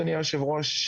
אדוני היושב ראש,